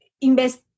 invest